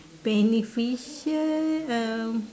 beneficial um